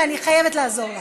ואני חייבת לעזור לה.